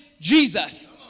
Jesus